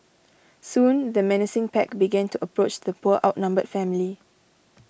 soon the menacing pack began to approach the poor outnumbered family